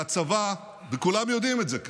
והצבא, וכולם יודעים את זה כאן,